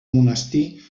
monestir